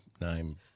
name